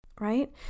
right